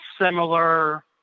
similar